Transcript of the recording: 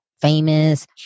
famous